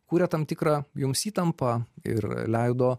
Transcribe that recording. kūrė tam tikrą jums įtampą ir leido